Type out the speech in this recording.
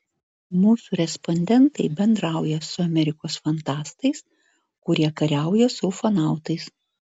mūsų respondentai bendrauja su amerikos fantastais kurie kariauja su ufonautais